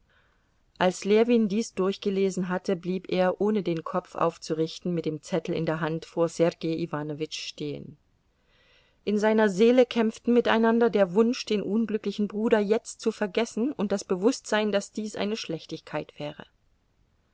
als ljewin dies durchgelesen hatte blieb er ohne den kopf aufzurichten mit dem zettel in der hand vor sergei iwanowitsch stehen in seiner seele kämpften miteinander der wunsch den unglücklichen bruder jetzt zu vergessen und das bewußtsein daß dies eine schlechtigkeit wäre